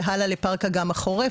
והלאה לפארק אגם החורף,